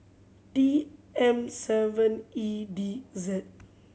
T M seven E D Z